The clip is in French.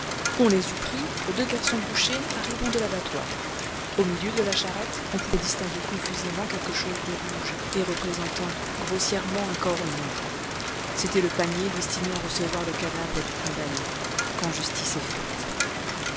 on les eût pris pour deux garçons bouchers arrivant de l'abattoir au milieu de la charrette on pouvait distinguer confusément quelque chose de rouge et représentant grossièrement un corps humain c'était le panier destiné à recevoir le cadavre du condamné quand justice est faite